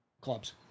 clubs